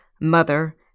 mother